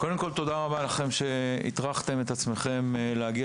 קודם כל תודה רבה לכם שהטרחתם את עצמכם להגיע